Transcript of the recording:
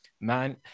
man